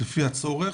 לפי הצורך